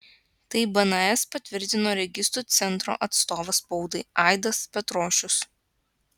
tai bns patvirtino registrų centro atstovas spaudai aidas petrošius